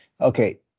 Okay